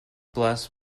bless